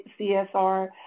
CSR